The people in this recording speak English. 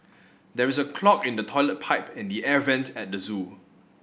there is a clog in the toilet pipe and the air vents at the zoo